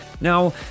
Now